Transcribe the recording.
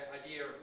idea